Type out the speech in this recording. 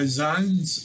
zones